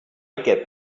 get